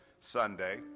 Sunday